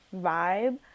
vibe